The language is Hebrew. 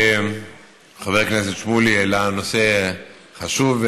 חבר הכנסת שמולי העלה נושא חשוב,